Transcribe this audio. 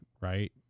right